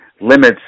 limits